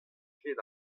ket